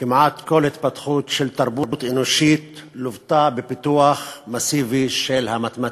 כמעט כל התפתחות של תרבות אנושית לוותה בפיתוח מסיבי של המתמטיקה.